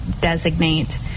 designate